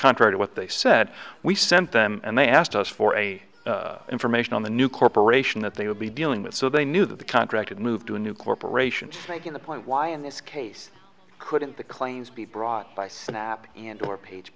contrary to what they said we sent them and they asked us for a information on the new corporation that they would be dealing with so they knew that the contract and moved to a new corporation making the point why in this case couldn't the claims be brought by snap and or page